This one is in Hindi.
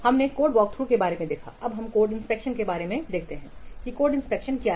हमने कोड वॉकथ्रू के बारे में देखा अबहम कोड इंस्पेक्शन के बारे में देखते हैं कि कोड इंस्पेक्शन क्या है